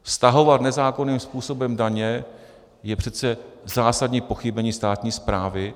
Stahovat nezákonným způsobem daně je přece zásadní pochybení státní správy.